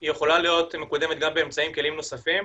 היא יכולה להיות מקודמת גם באמצעות כלים נוספים.